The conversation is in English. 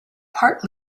part